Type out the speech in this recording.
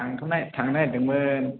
आंथ' नायनो थांनो नागेरदोंमोन